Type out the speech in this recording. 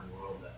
world